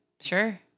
sure